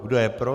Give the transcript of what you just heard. Kdo je pro?